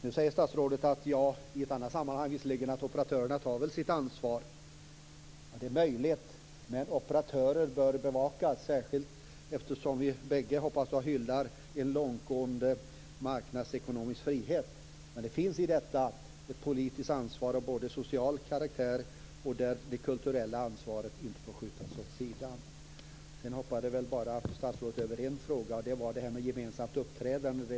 Nu säger statsrådet i ett annat sammanhang att operatörerna väl tar sitt ansvar. Det är möjligt. Men operatörer bör bevakas, särskilt som jag hoppas att vi bägge hyllar en långtgående marknadsekonomisk frihet. Det finns i detta ett politiskt ansvar av social karaktär där det kulturella ansvaret inte får skjutas åt sidan. Sedan hoppade statsrådet över en fråga. Det gäller detta med gemensamt uppträdande.